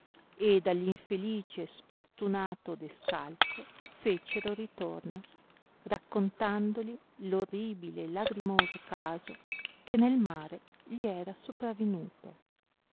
ed all infelice e sfortunato odescalco fecero ritorno raccontando li l orribile e lagrimoso caso che nel mare gli era sopravenuto